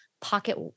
pocket